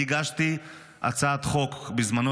אני הגשתי הצעת חוק בזמנו,